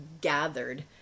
gathered